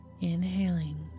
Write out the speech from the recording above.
Inhaling